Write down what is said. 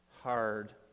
hard